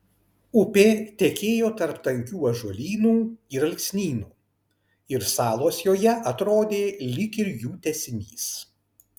upė tekėjo tarp tankių ąžuolynų ir alksnynų ir salos joje atrodė lyg ir jų tęsinys